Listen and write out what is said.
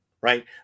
right